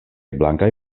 blankaj